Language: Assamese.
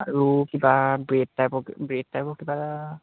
আৰু কিবা ব্ৰেড টাইপৰ ব্ৰেড টাইপৰ কিবা